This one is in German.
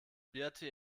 birte